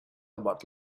about